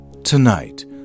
tonight